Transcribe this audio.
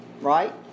right